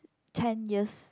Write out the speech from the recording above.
ten years